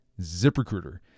ZipRecruiter